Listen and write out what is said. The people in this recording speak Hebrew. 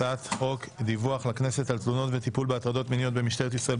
הצעת חוק דיווח לכנסת על תלונות וטיפול בהטרדות מיניות במשטרת ישראל,